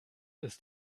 ist